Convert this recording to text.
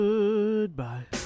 Goodbye